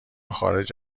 خارج